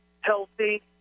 healthy